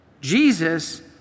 Jesus